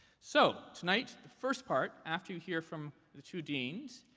so tonight, the first part, after you hear from the two deans,